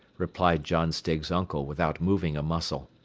replied john stiggs' uncle without moving a muscle.